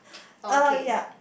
okay